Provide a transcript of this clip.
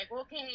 okay